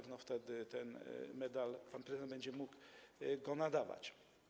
Wtedy ten medal pan prezydent będzie mógł nadawać.